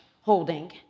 holding